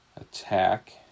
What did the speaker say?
attack